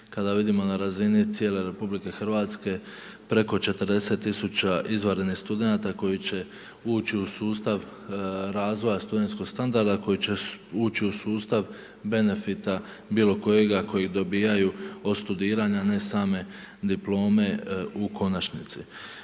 kada vidimo na razini cijele RH preko 40 tisuća izvanrednih studenata koji će ući u sustav razvoja studentskog standarda, koji će ući u sustav benefita bilo kojega koji dobivaju od studiranja a ne same diplome u konačnici.